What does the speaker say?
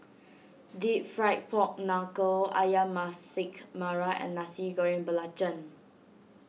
Deep Fried Pork Knuckle Ayam Masak Merah and Nasi Goreng Belacan